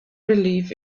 believe